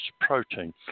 protein